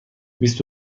بیست